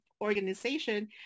organization